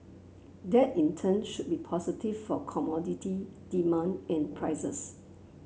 that in turn should be positive for commodity demand and prices